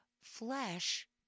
flesh